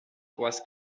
was